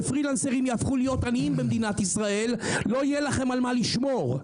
ופרילנסרים יהפכו להיות עניים לא יהיה לכם על מה לשמור.